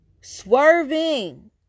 swerving